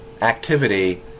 activity